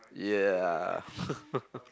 yeah